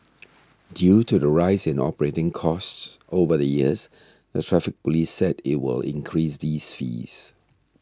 due to the rise in operating costs over the years the Traffic Police said it will increase these fees